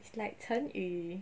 it's like 成语